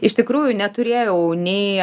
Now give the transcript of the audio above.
iš tikrųjų neturėjau nei